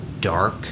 dark